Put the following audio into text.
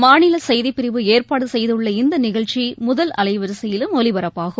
மாநிலசெய்திப்பிரிவு ஏற்பாடுசெய்துள்ள இந்தநிகழ்ச்சிமுதல் அலைவரிசையிலும் ஒலிபரப்பாகும்